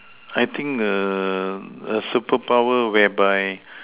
I think err a superpower where by